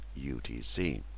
UTC